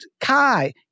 Kai